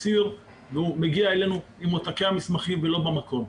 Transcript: והוא מגיע אלינו עם עותקי המסמכים ולא המקור.